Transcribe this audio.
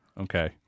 Okay